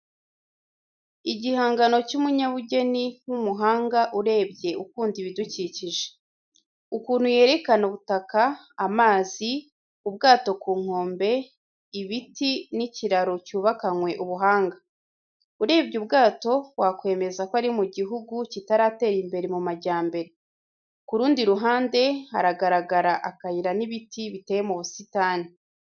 Igihangano cy'umunyabugeni w'umuhanga urebye ukunda ibidukikije. Ukuntu yerekana ubutaka, amazi, ubwato ku nkombe, ibiti n'ikiraro cyubakanwe ubuhanga. Urebye ubwato wakwemeza ko ari mu gihugu kitaratera imbere mu majyambere. Ku rundi ruhande haragaragara akayira n'ibiti biteye mu busitani.